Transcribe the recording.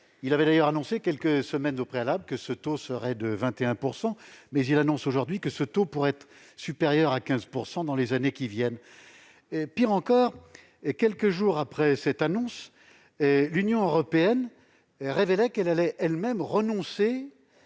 Il avait d'ailleurs annoncé quelques semaines auparavant que ce taux serait de 21 %; il annonce aujourd'hui que ce taux pourrait être supérieur à 15 % dans les années à venir. Pis encore, quelques jours après cette annonce, l'Union européenne révélait qu'elle allait elle-même renoncer